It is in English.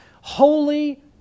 Holy